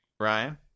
Ryan